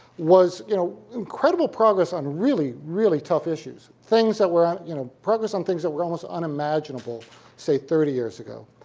was you know incredible progress on really, really tough issues things that were, you know, progress on things that were almost unimaginable say, thirty years ago.